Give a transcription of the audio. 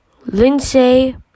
Lindsay